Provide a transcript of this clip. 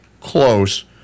close